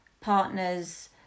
partners